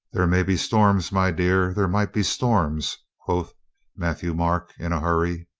there may be storms, my dear, there might be storms, quoth matthieu-marc in a hurry.